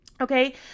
okay